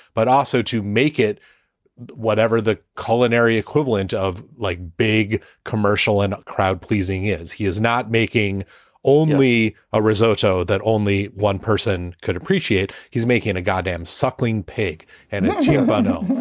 but also to make it whatever the culinary equivalent of like big commercial and crowd pleasing is, he is not making only a risotto that only one person could appreciate. he's making a goddamn suckling pig and it's, you but know,